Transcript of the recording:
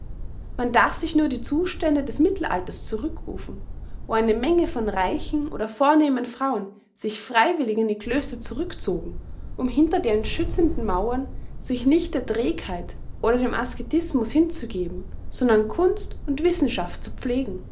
man darf sich nur die zustände des mittelalters zurückrufen wo eine menge von reichen oder vornehmen frauen sich freiwillig in die klöster zurückzogen um hinter deren schützenden mauern sich nicht der trägheit oder dem ascetismus hinzugeben sondern kunst und wissenschaft zu pflegen